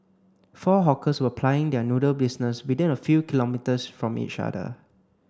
four hawkers were plying their noodle business within a few kilometres from each other